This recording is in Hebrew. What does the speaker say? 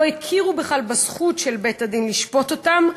הם לא הכירו בכלל בזכות של בית-הדין לשפוט אותם,